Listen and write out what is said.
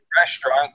restaurant